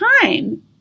time